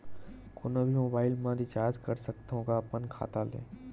कोनो भी मोबाइल मा रिचार्ज कर सकथव का अपन खाता ले?